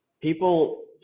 people